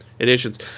editions